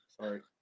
Sorry